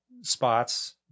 spots